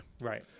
Right